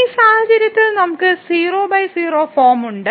ഈ സാഹചര്യത്തിൽ നമ്മൾക്ക് 00 ഫോം ഉണ്ട്